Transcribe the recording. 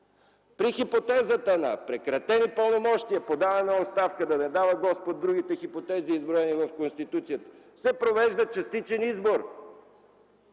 При хипотезата на прекратени пълномощия подаваме оставка, да не дава Господ другите хипотези, изброени в Конституцията, се провежда частичен избор